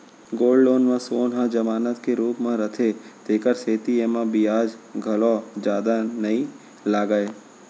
gold loan म सोन ह जमानत के रूप म रथे तेकर सेती एमा बियाज घलौ जादा नइ लागय